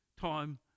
time